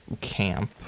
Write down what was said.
camp